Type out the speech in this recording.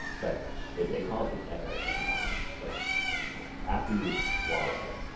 but they they call it the echo sometimes. like after you've swallowed,